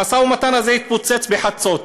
המשא-ומתן הזה התפוצץ בחצות.